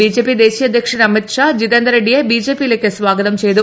BJP ദേശീയ അധ്യക്ഷൻ അമിത് ഷാ ജിതേന്ദർ റെഡ്റ്റിയെ ബിജെപിയിലേക്ക് സ്വാഗതം ചെയ്തു